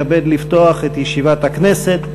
לפתוח את ישיבת הכנסת.